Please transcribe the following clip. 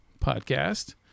podcast